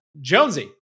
Jonesy